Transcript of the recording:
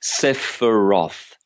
sephiroth